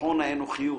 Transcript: וניצחון האנוכיות